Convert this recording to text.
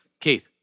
Keith